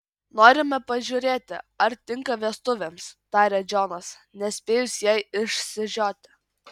norime pažiūrėti ar tinka vestuvėms taria džonas nespėjus jai išsižioti